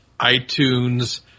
itunes